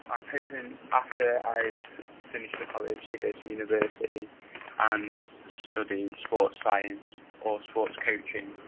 i'm hoping after i've finished the college to go to university and study sport science or sports coaching,